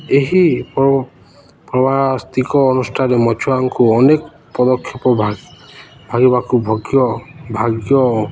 ଏହି ଅନୁଷ୍ଠାନ ମଛୁଆଙ୍କୁ ଅନେକ ପଦକ୍ଷେପ ଭାଗ ଭାଗିବାକୁ ଭୋଗ୍ୟ ଭାଗ୍ୟ